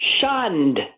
shunned